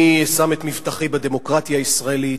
אני שם את מבטחי בדמוקרטיה הישראלית,